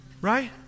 right